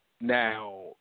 Now